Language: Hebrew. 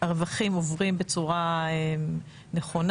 והרווחים עוברים בצורה נכונה,